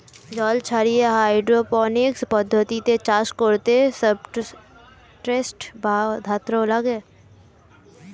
জল ছাড়িয়ে হাইড্রোপনিক্স পদ্ধতিতে চাষ করতে সাবস্ট্রেট বা ধাত্র লাগে